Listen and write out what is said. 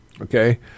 Okay